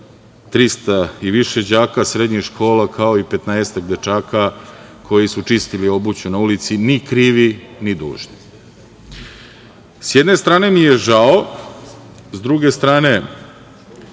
300 i više đaka srednjih škola, kao i 15ak dečaka koji su čistili obuću na ulici, ni krivi, ni dužni.S jedne strane mi je žao, s druge strane